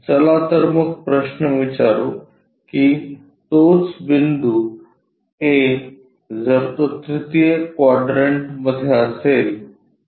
चला तर मग प्रश्न विचारूकी तोच बिंदू a जर तो तृतीय क्वाड्रंटमध्ये असेल तर